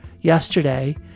yesterday